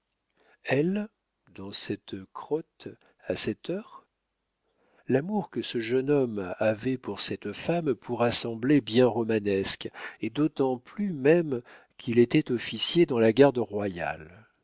elle dans cette crotte à cette heure l'amour que ce jeune homme avait pour cette femme pourra sembler bien romanesque et d'autant plus même qu'il était officier dans la garde royale